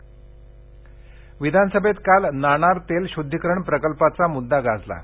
विधिमंडळ विधान सभेत काल नाणार तेल शुद्धीकरण प्रकल्पाचा मुद्दा गाजला